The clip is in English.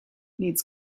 needs